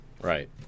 right